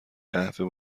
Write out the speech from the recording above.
قهوه